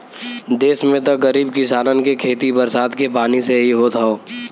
देस में त गरीब किसानन के खेती बरसात के पानी से ही होत हौ